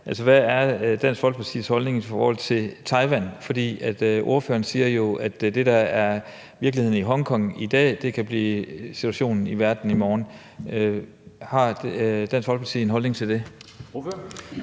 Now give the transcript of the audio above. Hvad er Dansk Folkepartis holdning i forhold til Taiwan? For ordføreren siger jo, at det, der er virkeligheden i Hongkong i dag, kan blive situationen i verden i morgen. Har Dansk Folkeparti en holdning til det?